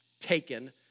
Taken